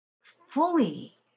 fully